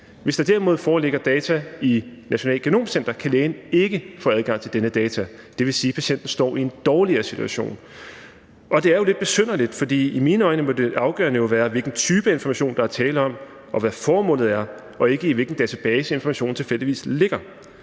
hvis der derimod foreligger data i Nationalt Genom Center, kan lægen ikke få adgang til denne data. Det vil sige, at patienten står i en dårligere situation, og det er jo lidt besynderligt. For i mine øjne må det afgørende jo være, hvilken type af information der er tale om, og hvad formålet er, og ikke, i hvilken database informationen tilfældigvis ligger.